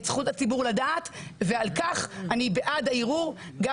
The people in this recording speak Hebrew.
את זכות הציבור לדעת ועל כך אני בעד הערעור גם